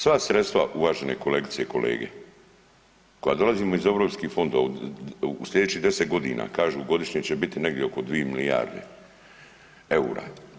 Sva sredstva uvažene kolegice i kolege koja dolaze iz EU fondova u sljedećih 10 godina kažu godišnje će biti negdje oko 2 milijarde eura.